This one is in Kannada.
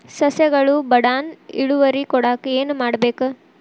ಸಸ್ಯಗಳು ಬಡಾನ್ ಇಳುವರಿ ಕೊಡಾಕ್ ಏನು ಮಾಡ್ಬೇಕ್?